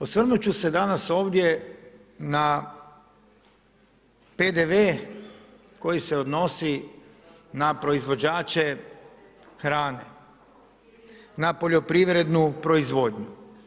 No osvrnut ću se danas ovdje na PDV koji se odnosi na proizvođače hrane na poljoprivrednu proizvodnju.